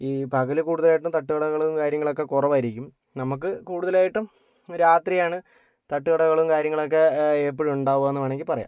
ഈ പകല് കൂടുതലായിട്ടും തട്ട് കടകളും കാര്യങ്ങളൊക്കെ കുറവായിരിക്കും നമുക്ക് കൂടുതലായിട്ടും രാത്രിയാണ് തട്ടുകടകളും കാര്യങ്ങളൊക്കെ എപ്പോഴും ഉണ്ടാവുകയെന്ന് വേണമെങ്കിൽ പറയാം